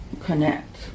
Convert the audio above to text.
connect